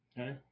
Okay